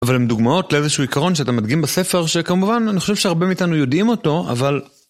אבל הן דוגמאות לאיזשהו עיקרון שאתה מדגים בספר שכמובן אני חושב שהרבה מאיתנו יודעים אותו אבל...